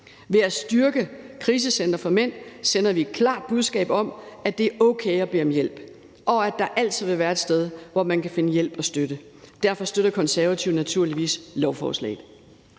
Ved at styrke krisecentre for mænd sender vi et klart budskab om, at det er okay at bede om hjælp, og at der altid vil være et sted, hvor man kan finde hjælp og støtte. Derfor støtter Konservative naturligvis lovforslaget.